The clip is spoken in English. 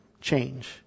change